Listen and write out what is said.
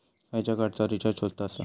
खयच्या कार्डचा रिचार्ज स्वस्त आसा?